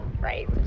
Right